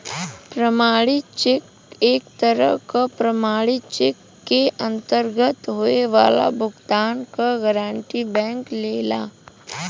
प्रमाणित चेक एक तरह क प्रमाणित चेक के अंतर्गत होये वाला भुगतान क गारंटी बैंक लेला